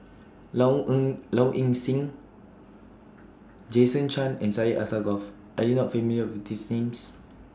Low Low Ing Sing Jason Chan and Syed Alsagoff Are YOU not familiar with These Names